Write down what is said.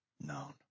known